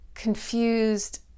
confused